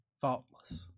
faultless